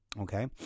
okay